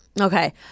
okay